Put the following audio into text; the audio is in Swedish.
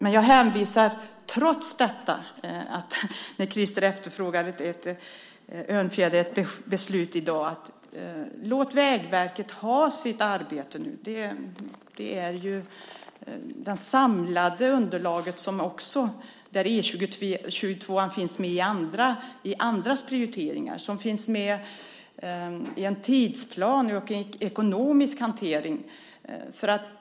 Men jag hänvisar trots detta, när Krister Örnfjäder efterfrågar ett beslut i dag, till att låta Vägverket ha sitt arbete nu. Det handlar ju om det samlade underlaget där E 22:an finns med i andras prioritering, i en tidsplan och en ekonomisk hantering.